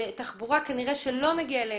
בתחבורה כנראה שלא נגיע אליהם,